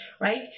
right